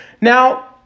Now